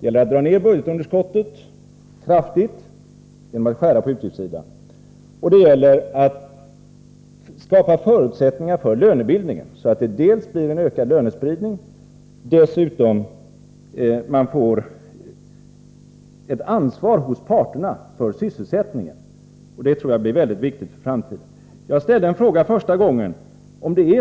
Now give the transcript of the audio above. Det gäller att dra ned budgetunderskottet kraftigt genom att skära på utgiftssidan, och det gäller att skapa förutsättningar för lönebildningen så att det blir en ökad lönespridning och så att man får ett ansvar för sysselsättningen hos parterna. Det senare tror jag är väldigt viktigt för framtiden. Jag ställde i ett tidigare anförande en